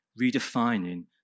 redefining